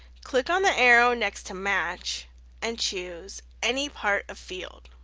click on the arrow next to match and choose any part of field.